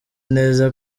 neza